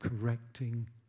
correcting